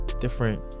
different